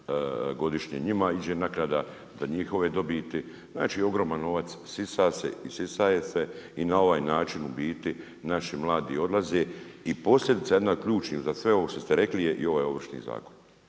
godišnje njima ide naknada, na njihove dobiti, znači ogroman novac isisava se i na ovaj način u biti naši mladi odlaze. I posljedica jedna ključna za sve ovo što ste rekli je i ovaj Ovršni zakon.